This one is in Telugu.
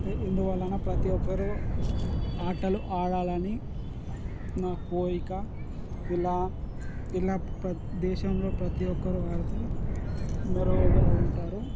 ఇందువలన ప్రతి ఒక్కరూ ఆటలు ఆడాలని నా కోరిక ఇలా ఇలా దేశంలో ప్రతి ఒక్కరూ ఆడితే మరొగ ఉంటారు